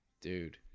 Dude